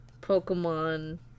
Pokemon